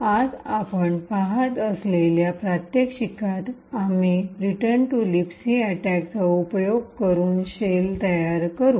आज आपण पहात असलेल्या प्रात्यक्षिकात आम्ही रिटर्न टू लिबसी अटैकचा उपयोग करून शेल तयार करू